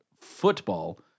football